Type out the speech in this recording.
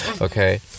Okay